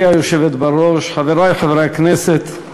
גברתי היושבת בראש, חברי חברי הכנסת,